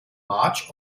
march